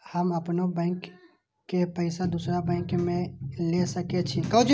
हम अपनों बैंक के पैसा दुसरा बैंक में ले सके छी?